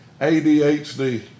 ADHD